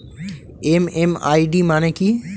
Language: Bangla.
এম.এম.আই.ডি মানে কি?